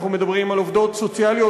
אנחנו מדברים על עובדות סוציאליות,